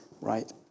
right